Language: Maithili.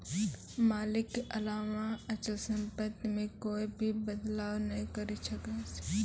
मालिक के अलावा अचल सम्पत्ति मे कोए भी बदलाव नै करी सकै छै